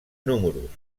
números